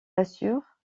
assure